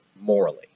morally